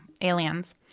Aliens